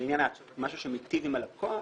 משהו שמיטיב על הלקוח